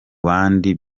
bandi